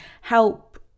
help